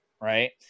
right